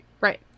Right